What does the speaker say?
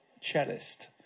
cellist